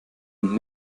und